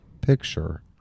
picture